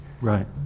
Right